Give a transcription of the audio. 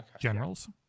generals